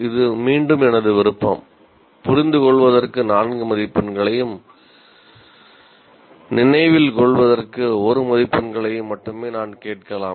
இது மீண்டும் எனது விருப்பம் புரிந்து கொள்வதற்கு 4 மதிப்பெண்களையும் நினைவில் கொள்வதற்கு 1 மதிப்பெண்ணையும் மட்டுமே நான் கேட்கலாம்